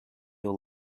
all